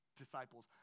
disciples